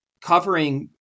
covering